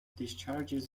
discharges